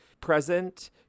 present